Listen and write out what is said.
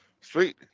Sweet